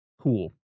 Cool